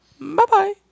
Bye-bye